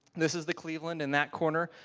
this is the cleveland in that corner.